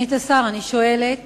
סגנית השר, אני שואלת